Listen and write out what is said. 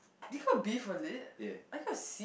do you got B for lit I got C